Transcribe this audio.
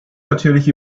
natürlich